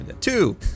Two